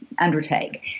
undertake